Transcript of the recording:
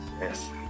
Yes